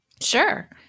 Sure